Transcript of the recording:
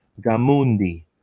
Gamundi